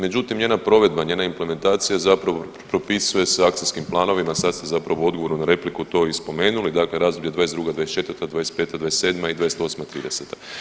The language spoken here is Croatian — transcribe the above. Međutim njena provedba, njena implementacija propisuje se akcijskim planovima, sad ste zapravo u odgovoru na repliku to i spomenuli, dakle razdoblje '22., '24., '25., '27. i '28. '30.